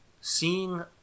seeing